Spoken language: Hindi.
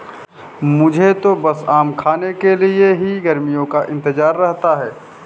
मुझे तो बस आम खाने के लिए ही गर्मियों का इंतजार रहता है